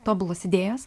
tobulos idėjos